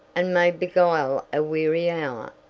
and may beguile a weary hour.